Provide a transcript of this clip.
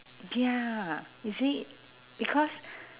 ya is it because